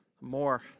More